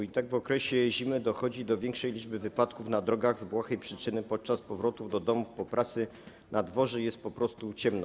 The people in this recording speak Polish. I tak w okresie zimy dochodzi do większej liczby wypadków na drogach z błahej przyczyny: podczas powrotów do domów po pracy na dworze jest po prostu ciemno.